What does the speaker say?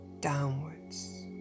downwards